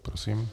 Prosím.